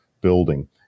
building